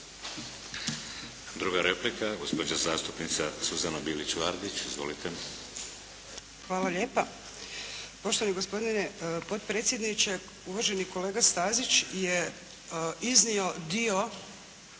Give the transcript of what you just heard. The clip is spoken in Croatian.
Druga replika gospođa zastupnica Suzana Bilić-Vardić. Izvolite. **Bilić Vardić, Suzana (HDZ)** Hvala lijepa. Poštovani gospodine potpredsjedniče, uvaženi kolega Stazić je iznio dio